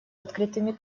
открытыми